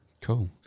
Cool